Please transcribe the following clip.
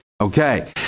Okay